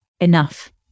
enough